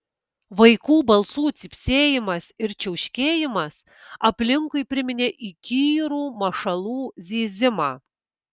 vaikų balsų cypsėjimas ir čiauškėjimas aplinkui priminė įkyrų mašalų zyzimą